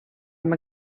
amb